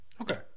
Okay